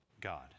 God